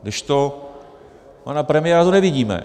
Kdežto pana premiéra tu nevidíme.